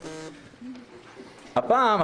הפעם,